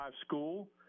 school